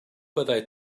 byddai